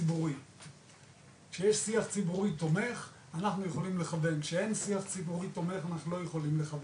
לזכור מלכתחילה פה, את כולם ולתת מענה לכולם.